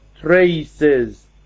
traces